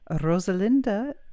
Rosalinda